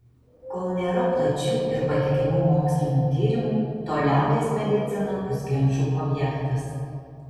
kol nėra plačių ir patikimų mokslinių tyrimų tol liaudies medicina bus ginčų objektas